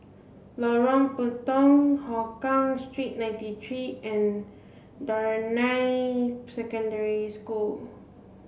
Lorong Puntong Hougang Street ninety three and Damai Secondary School